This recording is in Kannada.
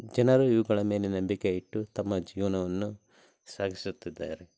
ಜನರು ಇವುಗಳ ಮೇಲೆ ನಂಬಿಕೆ ಇಟ್ಟು ತಮ್ಮ ಜೀವನವನ್ನು ಸಾಗಿಸುತ್ತಿದ್ದಾರೆ